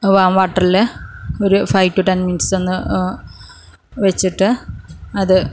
warm വാട്ടറില് ഒരു five to ten minutes ഒന്ന് വെച്ചിട്ട് അത്